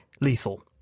lethal